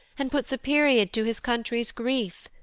and puts a period to his country's grief.